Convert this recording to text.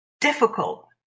difficult